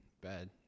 bad